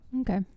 okay